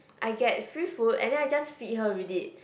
I get free food and then I just feed her with it